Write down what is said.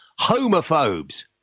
Homophobes